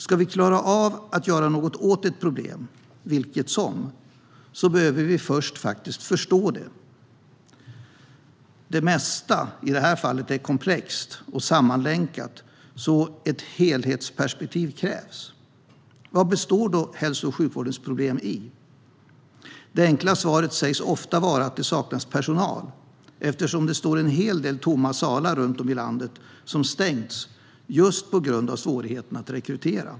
Ska vi klara av att göra något åt ett problem, vilket som helst, behöver vi först förstå det. Det mesta är komplext och sammanlänkat, så det krävs ett helhetsperspektiv. Vad består då hälso och sjukvårdens problem i? Det enkla svaret sägs ofta vara att det saknas personal, eftersom det står en hel del tomma salar runt om i landet som stängts just på grund av svårigheten att rekrytera.